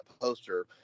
poster